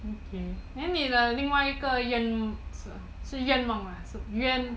okay then 你的另外一个愿不是是愿望吗